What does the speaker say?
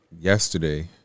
Yesterday